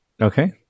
Okay